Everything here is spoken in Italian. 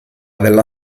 della